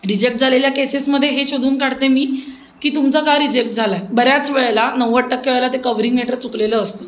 reject झालेल्या केसेसमध्ये हे शोधून काढते मी की तुमचं का रिजेक्ट झाला आहे बऱ्याच वेळेला नव्वद टक्के वेळेला ते कवरिंग लेटर चुकलेलं असतं